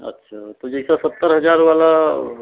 अच्छा तो जैसे सत्तर हज़ार वाला